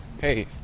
Hey